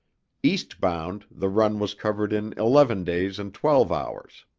east-bound, the run was covered in eleven days and twelve hours.